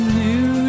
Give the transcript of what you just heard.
new